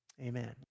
Amen